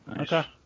Okay